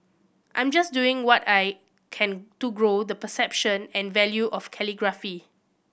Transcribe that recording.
I'm just doing what I can to grow the perception and value of calligraphy